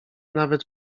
nawet